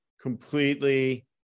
completely